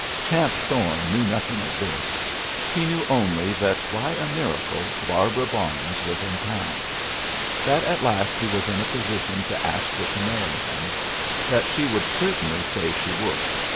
champ thorne knew nothing of this he knew only that by a miracle barbara barnes was in town that at last he was in a position to ask her to marry him that she would certainly say she would.